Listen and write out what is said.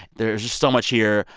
there's so much here.